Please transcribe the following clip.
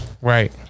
Right